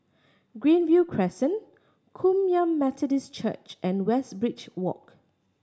Greenview Crescent Kum Yan Methodist Church and Westridge Walk